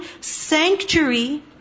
sanctuary